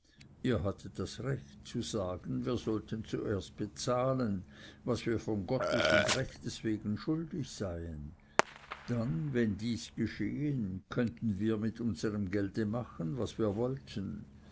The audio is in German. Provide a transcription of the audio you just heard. ihr hattet das recht zu sagen wir sollten zuerst bezahlen was wir von gottes und rechtes wegen schuldig seien dann wenn dies geschehen könnten wir mit unserm gelde machen was wir wollten